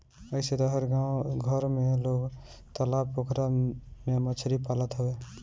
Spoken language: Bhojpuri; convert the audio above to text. अइसे तअ हर गांव घर में लोग तालाब पोखरा में मछरी पालत हवे